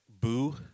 Boo